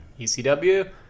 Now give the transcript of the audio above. ECW